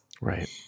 Right